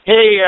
Hey